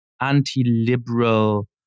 anti-liberal